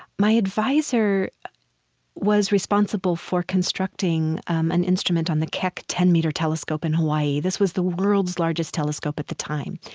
my adviser was responsible for constructing an instrument on the keck ten meter telescope in hawaii. this was the world's largest telescope at the time.